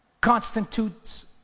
constitutes